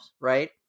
right